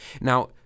Now